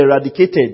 eradicated